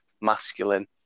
masculine